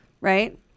Right